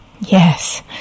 Yes